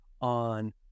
on